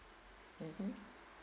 mmhmm